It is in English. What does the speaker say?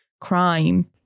crime